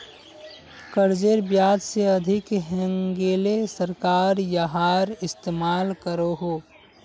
कर्जेर ब्याज से अधिक हैन्गेले सरकार याहार इस्तेमाल करोह